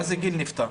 מה זה גיל נפטר?